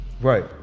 right